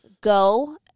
go